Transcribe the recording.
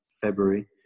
February